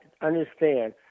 understand